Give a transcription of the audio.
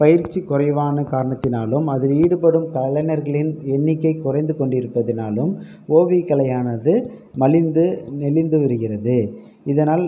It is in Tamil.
பயிற்சிக் குறைவான காரணத்தினாலும் அதில் ஈடுபடும் கலைஞர்களின் எண்ணிக்கை குறைந்து கொண்டிருப்பதினாலும் ஓவியக் கலையானது மலிந்து நெளிந்து வருகிறது இதனால்